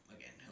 again